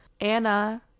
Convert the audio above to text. Anna